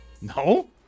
No